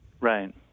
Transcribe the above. Right